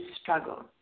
struggle